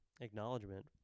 Acknowledgement